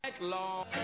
long